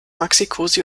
maxicosi